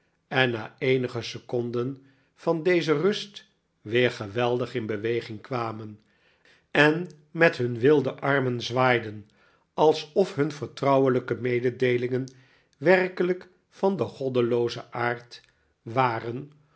en na eenige seconden van deze rust weer geweldig in beweging kwamen en met hun wilde armen zwaaiden alsof hun vertrouwelijke mededeelingen werkelijk van te goddeloozen aard waren